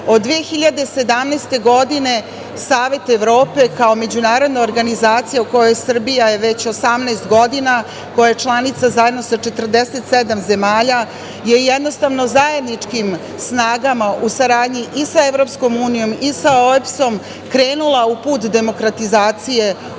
Od 2017. godine Savet Evrope kao međunarodna organizacija, u kojoj je Srbija već 18 godina, koja je članica zajedno sa 47 zemalja, je jednostavno zajedničkim snagama u saradnji i sa Evropskom unijom i sa OEBS-om krenula u put demokratizacije ovog